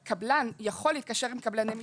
הקבלן יכול להתקשר עם קבלני משנה,